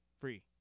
Free